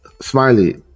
Smiley